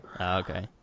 Okay